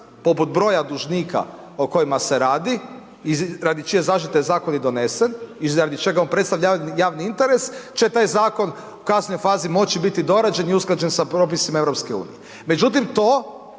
poput broja dužnika o kojima se radi i radi čije zaštite je zakon i donesen i radi čega on predstavlja javni interes, će taj zakon u kasnijoj fazi moći biti dorađen i usklađen sa propisima EU. Međutim, to